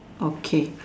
okay